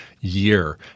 year